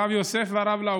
הרב יוסף והרב לאו.